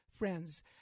friends